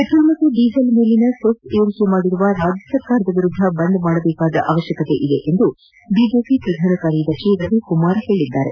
petrol ಮತ್ತು diesel ಮೇಲಿನ cess ಏರಿಕೆ ಮಾಡಿರುವ ರಾಜ್ಯ ಸರ್ಕಾರದ ವಿರುದ್ದ ಬಂದ್ ಮಾಡುವ ಅವಶ್ಯಕತೆ ಇದೆ ಎಂದು ಬಿಜೆಪಿ ಪ್ರಧಾನ ಕಾರ್ಯದರ್ಶಿ ರವಿಕುಮಾರ್ ಹೇಳಿದ್ದಾರೆ